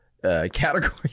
Category